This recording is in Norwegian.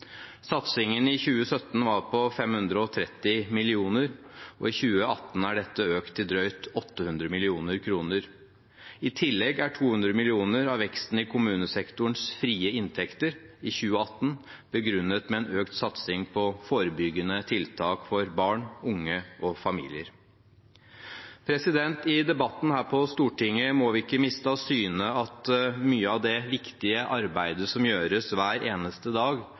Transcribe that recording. Satsingen i 2017 var på 530 mill. kr, og i 2018 er dette økt til drøyt 800 mill. kr. I tillegg er 200 mill. kr av veksten i kommunesektorens frie inntekter i 2018 begrunnet med en økt satsing på forebyggende tiltak for barn, unge og familier. I debatten her på Stortinget må vi ikke miste av syne at mye av det viktige arbeidet som gjøres hver eneste dag,